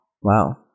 Wow